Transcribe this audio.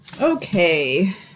okay